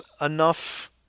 enough